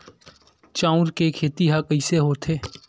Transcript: चांउर के खेती ह कइसे होथे?